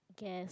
I guess